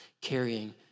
carrying